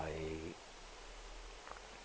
I